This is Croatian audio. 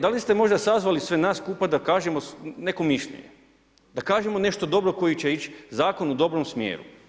Da li ste možda sazvali sve nas skupa da kažemo neko mišljenje, da kažemo nešto dobro koji će ići zakon u dobrom smjeru.